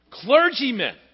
clergymen